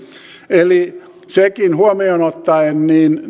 eli sekin huomioon ottaen